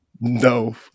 no